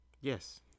yes